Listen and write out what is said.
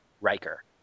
Riker